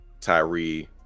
Tyree